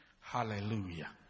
Hallelujah